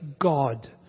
God